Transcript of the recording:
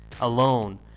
alone